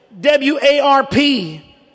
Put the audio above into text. W-A-R-P